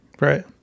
Right